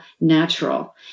natural